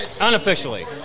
Unofficially